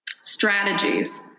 strategies